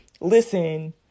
Listen